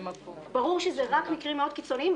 ברור שזה רק מקרים מאוד קיצוניים,